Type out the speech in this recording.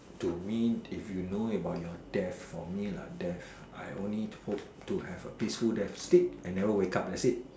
to me if you know about your death for me lah death I only hope to have a peaceful death sleep I never wake up that's it